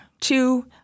two